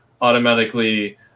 automatically